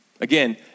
Again